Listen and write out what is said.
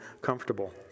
comfortable